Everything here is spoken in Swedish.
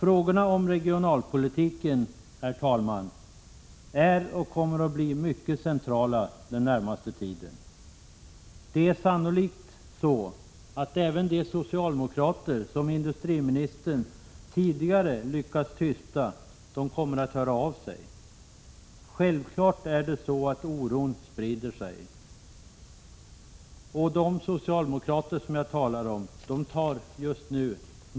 Frågorna om regionalpolitiken är och kommer under den närmaste tiden att bli mycket centrala. Sannolikt kommer även de socialdemokrater som industriministern tidigare lyckats tysta att höra av sig. Självklart är det så att oron sprider sig, och dessa socialdemokrater tar säkert ny sats just nu.